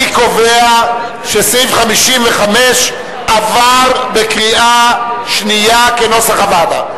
אני קובע שסעיף 55 עבר בקריאה שנייה כנוסח הוועדה.